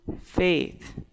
faith